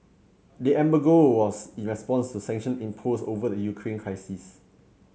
the embargo was in response to sanction imposed over the Ukraine crisis